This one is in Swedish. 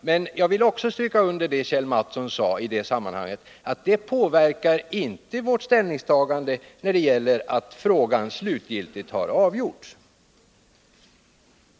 Men jag vill understryka vad Kjell Mattsson sade i sammanhanget, nämligen detta att det inte påverkar vårt ställningstagande när det gäller frågans slutgiltiga avgörande.